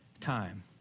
time